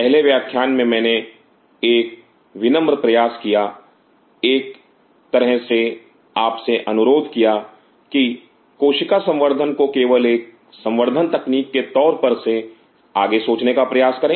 पहले व्याख्यान में मैंने एक विनम्र प्रयास किया एक तरह से आप से अनुरोध किया कि कोशिका संवर्धन को केवल एक संवर्धन तकनीक के तौर पर से आगे सोचने का प्रयास करें